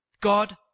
God